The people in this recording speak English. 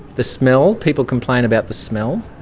the smell, people complain about the smell.